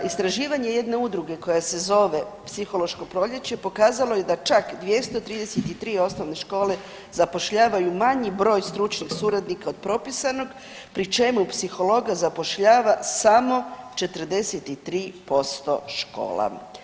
Istraživanje jedne udruge koja se zove „Psihološko proljeće“ pokazalo je da čak 233 osnove škole zapošljavaju manji broj stručnih suradnika od propisanog pri čemu psihologa zapošljava samo 43% škola.